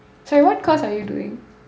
sorry what course are you doing